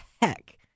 heck